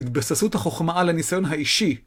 התבססות החוכמה על הניסיון האישי.